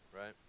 right